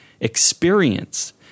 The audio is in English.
experience